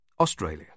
Australia